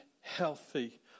healthy